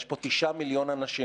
יש פה 9 מיליון אנשים,